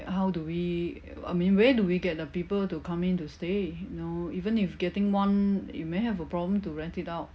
how do we I mean where do we get the people to come in to stay you know even if getting one you may have a problem to rent it out